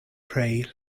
pray